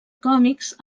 còmics